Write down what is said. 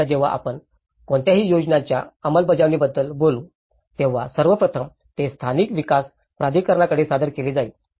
आता जेव्हा आपण कोणत्याही योजनेच्या अंमलबजावणीबद्दल बोलू तेव्हा सर्व प्रथम ते स्थानिक विकास प्राधिकरणाकडे सादर केले जाईल